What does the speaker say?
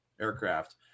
aircraft